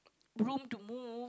room to move